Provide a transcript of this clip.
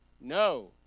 No